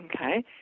Okay